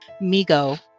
MIGO